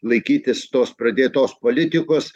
laikytis tos pradėtos politikos